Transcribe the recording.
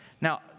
Now